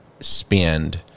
spend